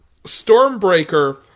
Stormbreaker